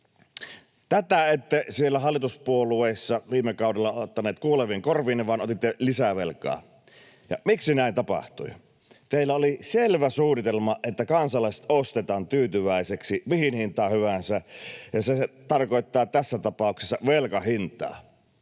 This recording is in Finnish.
Tätä ette siellä hallituspuolueissa viime kaudella ottaneet kuuleviin korviinne vaan otitte lisää velkaa. Ja miksi näin tapahtui? Teillä oli selvä suunnitelma, että kansalaiset ostetaan tyytyväisiksi mihin hintaan hyvänsä, ja se tarkoittaa tässä tapauksessa velkahintaa